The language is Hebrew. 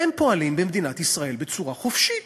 והם פועלים במדינת ישראל בצורה חופשית.